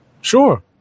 Sure